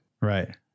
Right